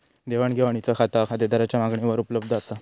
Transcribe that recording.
देवाण घेवाणीचा खाता खातेदाराच्या मागणीवर उपलब्ध असा